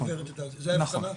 זאת ההבחנה?